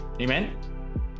Amen